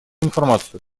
информацию